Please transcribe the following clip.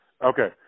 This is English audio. Okay